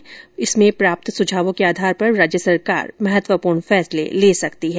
बैठक में प्राप्त सुझावों के आधार पर राज्य सरकार महत्वपूर्ण फैसले ले सकती है